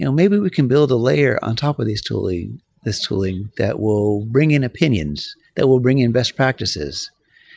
you know maybe we can build a layer on top of this tooling this tooling that will bring in opinions, that will bring in best practices.